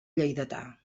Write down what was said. lleidatà